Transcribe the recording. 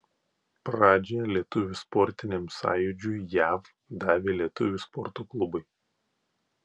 pradžią lietuvių sportiniam sąjūdžiui jav davė lietuvių sporto klubai